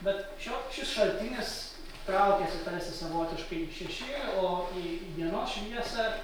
bet šio šis šaltinis traukiasi tarsi savotiškai į šešėlį o į dienos šviesą